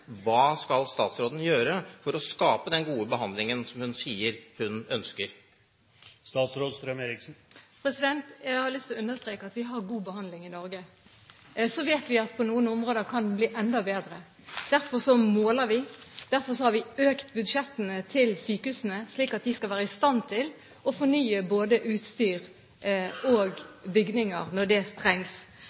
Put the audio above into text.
hva statsråden skal gjøre for å skape den gode behandlingen som hun sier hun ønsker. Jeg har lyst til å understreke at vi har god behandling i Norge. Så vet vi at på noen områder kan vi bli enda bedre. Derfor måler vi. Derfor har vi økt budsjettene til sykehusene, slik at de skal være i stand til å fornye både utstyr og bygninger når det trengs,